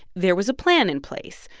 there was a plan in place.